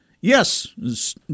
Yes